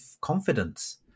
confidence